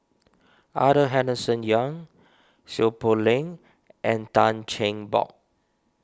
Arthur Henderson Young Seow Poh Leng and Tan Cheng Bock